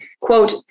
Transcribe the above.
Quote